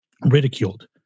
ridiculed